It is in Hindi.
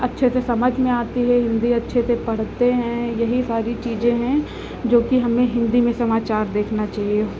अच्छे से समझ में आती है हिन्दी अच्छे से पढ़ते हैं यही सारी चीज़ें हैं जोकि हमें हिन्दी में समाचार देखना चाहिए